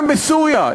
גם בסוריה,